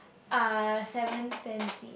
uh seven twenty